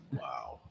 Wow